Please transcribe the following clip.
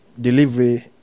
delivery